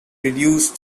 reduced